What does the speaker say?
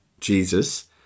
Jesus